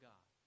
God